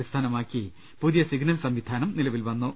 അടിസ്ഥാനമാക്കി പുതിയ സിഗ്നൽ സംവിധാനം നിലവിൽ വന്നു